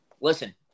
listen